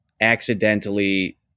accidentally